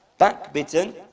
backbitten